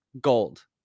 gold